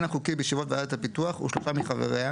החוקי בישיבות ועדת הפיתוח הוא שלושה מחבריה,